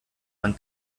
man